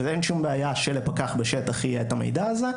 ואין שום בעיה שלפקח בשטח יהיה המידע הזה.